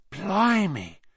Blimey